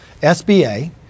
SBA